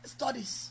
Studies